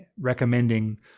recommending